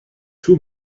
two